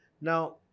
Now